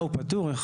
הוא פטור?